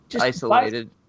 Isolated